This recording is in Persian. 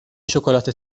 شکلات